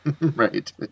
Right